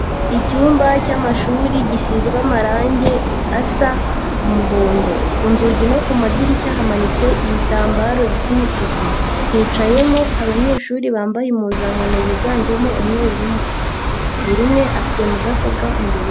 Icyumba cy'amashuri gisizwe amarangi asa umuhondo, ku nzugi no ku madirishya hamanitse ibitambaro bisa umutuku, hicayemo abanyeshuri bambaye impuzankano yiganjemo umweru n'umukara, buri umwe afite mudasobwa imbere ye.